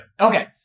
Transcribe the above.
Okay